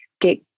get